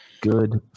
Good